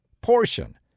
portion